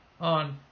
on